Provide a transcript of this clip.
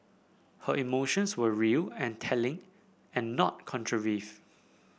her emotions were real and telling and not